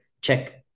check